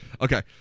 Okay